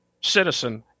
citizen